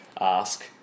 ask